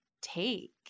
take